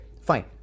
fine